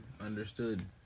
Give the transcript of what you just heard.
understood